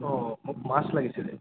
অঁ মোক মাছ লাগিছিলে